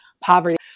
poverty